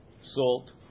salt